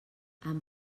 amb